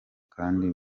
kandi